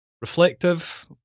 reflective